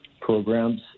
programs